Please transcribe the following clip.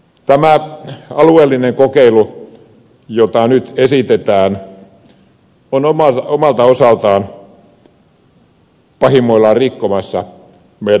tämä alueellinen kokeilu jota nyt esitetään on omalta osaltaan pahimmillaan rikkomassa meidän sairaanhoitopiirejämme